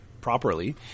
properly